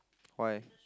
why